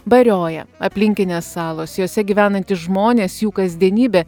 barioja aplinkinės salos jose gyvenantys žmonės jų kasdienybė